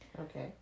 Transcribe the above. Okay